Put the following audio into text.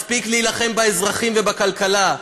מספיק להילחם באזרחים ובכלכלה.